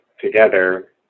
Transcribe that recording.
together